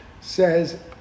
Says